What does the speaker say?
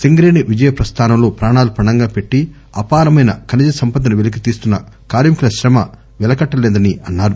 సింగరేణి విజయ పస్గానంలో పాణాలు పణంగా పెట్టి అపారమైన ఖనిజసంపదను వెలికితీస్తున్న కార్మికుల శమ వెలకట్టలేనిదని అన్నారు